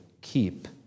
keep